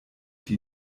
die